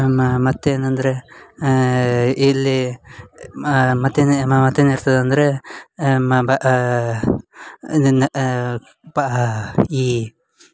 ಮಾ ಮತ್ತು ಏನಂದರೆ ಇಲ್ಲಿ ಮತ್ತೇನೆ ಮತ್ತೇನು ಇರ್ತದಂದರೆ ಮ ಬ ಪಾ ಈ